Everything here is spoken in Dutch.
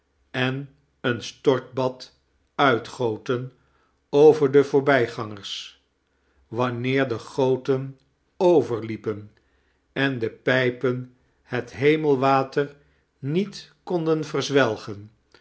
en een stortbad uitgoten over de voorbijgangers wanneer de goten overliepen en de pijpen het hemelwater niet konden verzweigen